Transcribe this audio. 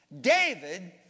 David